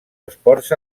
esports